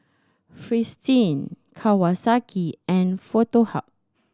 Fristine Kawasaki and Foto Hub